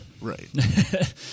right